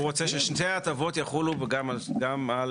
הוא רוצה ששתי ההטבות יחולו גם על.